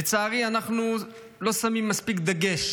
לצערי, אנחנו לא שמים מספיק דגש